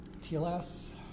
TLS